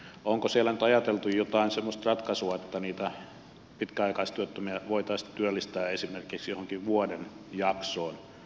onko siellä nyt ajateltu jotain semmoista ratkaisua että pitkäaikaistyöttömiä voitaisiin työllistää esimerkiksi johonkin vuoden jaksoon